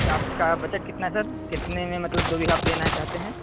اچھا آپ کا بجٹ کتنا ہے سر کتنے میں مطلب دو بیگھہ آپ لینا چاہتے ہیں